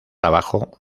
abajo